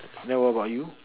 then what about you